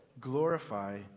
Glorify